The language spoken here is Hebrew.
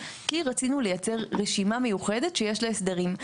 כי רצינו לייצר רשימה מיוחדת שיש לה הסדרים.